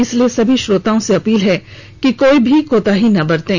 इसलिए सभी श्रोताओं से अपील है कि कोई भी कोताही ना बरतें